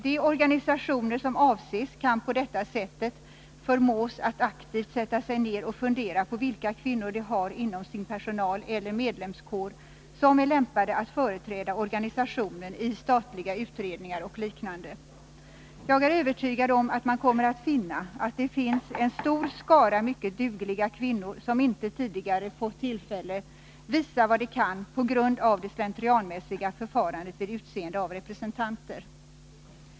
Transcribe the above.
De organisationer som avses kan på detta sätt förmås att aktivt sätta sig ned och fundera över vilka kvinnor de har bland sin personal eller inom sin medlemskår som är lämpade att företräda organisationen i statliga utredningar och liknande. Jag är övertygad om att man kommer att finna att det finns en stor skara mycket dugliga kvinnor, som inte tidigare har fått tillfälle att visa vad de kan på grund av det slentrianmässiga förfarandet vid utseende av representanter.